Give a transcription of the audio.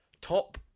top